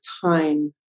time